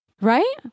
right